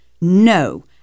No